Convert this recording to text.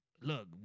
look